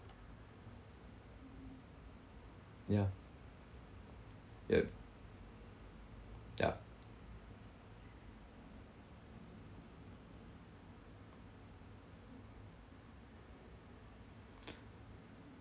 yeah yup yup